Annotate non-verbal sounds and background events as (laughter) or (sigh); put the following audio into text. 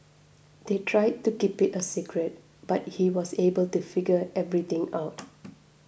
they tried to keep it a secret but he was able to figure everything out (noise)